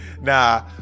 Nah